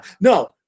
No